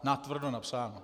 Natvrdo napsáno.